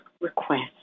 request